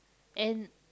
and